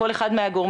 כל אחד מהגורמים,